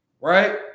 right